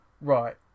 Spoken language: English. Right